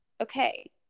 okay